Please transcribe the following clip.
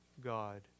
God